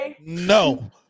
No